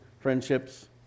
friendships